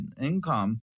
income